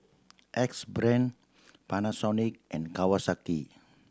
Axe Brand Panasonic and Kawasaki